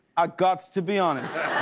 i got to be honest.